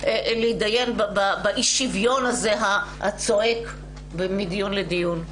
להתדיין באי שוויון הזה הצועק מדיון לדיון.